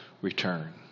return